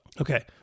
okay